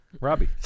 Robbie